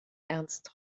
ernst